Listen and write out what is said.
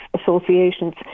associations